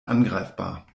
angreifbar